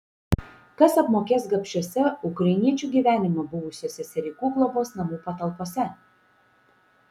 kas apmokės gabšiuose ukrainiečių gyvenimą buvusiuose sereikų globos namų patalpose